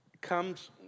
comes